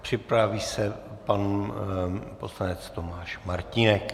Připraví se pan poslanec Tomáš Martínek.